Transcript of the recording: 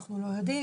אנחנו לא יודעים,